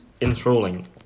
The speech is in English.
enthralling